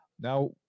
now